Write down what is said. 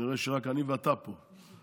אני רואה שרק אני ואתה פה,